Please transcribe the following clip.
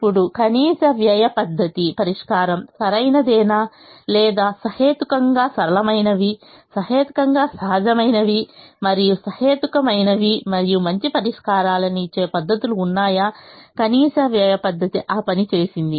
ఇప్పుడు కనీస వ్యయ పద్ధతి పరిష్కారం సరైనదేనా లేదా సహేతుకంగా సరళమైనవి సహేతుకమైన సహజమైనవి మరియు సహేతుకమైనవి మరియు మంచి పరిష్కారాలను ఇచ్చే పద్ధతులు ఉన్నాయా కనీస వ్యయ పద్ధతి ఆ పని చేసింది